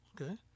Okay